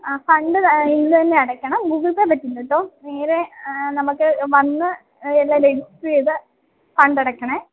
ആ ഫണ്ട് ഇന്നുതന്നെ അടയ്ക്കണം ഗൂഗിൾ പേ പറ്റില്ല കേട്ടോ നേരെ നമുക്ക് വന്ന് ഏതായാലും രജിസ്റ്റര് ചെയ്ത് ഫണ്ടടയ്ക്കണം